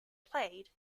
played